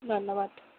ধন্যবাদ